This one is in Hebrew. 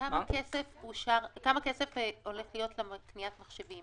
כמה כסף הולך להיות לקניית מחשבים?